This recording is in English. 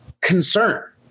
Concern